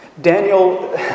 Daniel